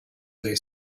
lay